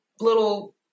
little